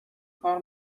کار